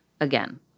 again